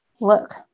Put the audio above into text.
look